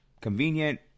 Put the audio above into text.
convenient